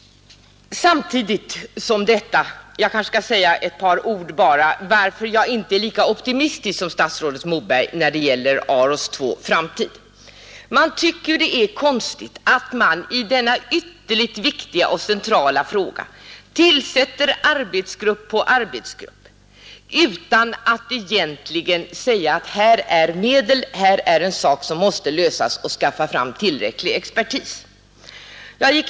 Jag kanske skall säga ett par ord varför jag inte är lika optimistisk som statsrådet Moberg när det gäller AROS II:s framtid. Det är konstigt att man i denna utomordentligt viktiga och centrala fråga tillsätter arbetsgrupp på arbetsgrupp utan att egentligen säga att här är medel, här är en sak som måste lösas, här måste skaffas fram tillräckligt med expertis.